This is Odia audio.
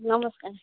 ନମସ୍କାର